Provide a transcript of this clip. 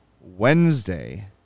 Wednesday